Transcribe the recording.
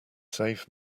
save